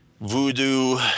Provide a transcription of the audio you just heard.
Voodoo